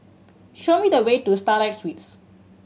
show me the way to Starlight Suites